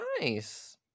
Nice